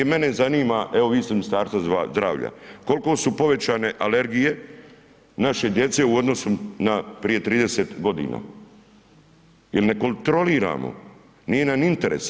Mene zanima, evo vi ste Ministarstvo zdravlja, koliko su povećane alergije naše djece u odnosu na prije 30 godina jer ne kontroliramo, nije nam interes.